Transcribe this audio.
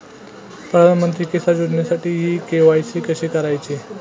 प्रधानमंत्री किसान योजनेसाठी इ के.वाय.सी कशी करायची?